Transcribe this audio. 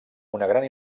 gran